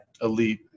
elite